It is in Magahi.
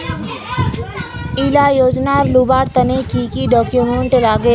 इला योजनार लुबार तने की की डॉक्यूमेंट लगे?